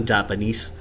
Japanese